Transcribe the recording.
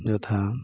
ଯଥା